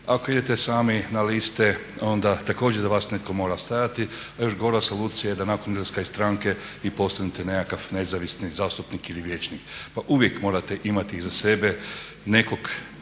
Ako idete sami na liste onda također iza vas netko mora stajati a još gora solucija je da nakon izlaska iz stranke i postanete nekakav nezavisni zastupnik ili vijećnik. Pa uvijek morate imati iza sebe nekog